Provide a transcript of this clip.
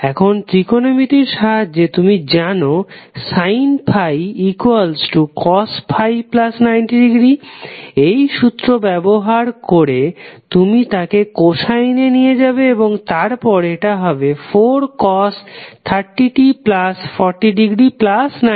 এখন ত্রিকোণমিতির সাহায্যে তুমি জানো ∅ cos∅90° এই সুত্র ব্যবহার করে তুমি তাকে কোসাইনে নিয়ে যাবে এবং তারপর এটা হবে 430t40°90°